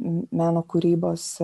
meno kūrybos